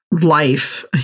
Life